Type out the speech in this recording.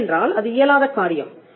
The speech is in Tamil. ஏனென்றால் அது இயலாத காரியம்